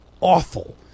awful